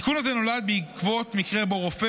התיקון הזה נולד בעקבות מקרה שבו רופא